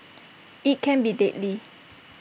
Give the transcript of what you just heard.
IT can be deadly